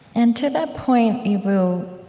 and to that point, eboo,